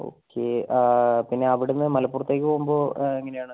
okay പിന്നെ അവിടുന്ന് മലപ്പുറത്തേക്ക് പോകുമ്പം എങ്ങനെ ആണ്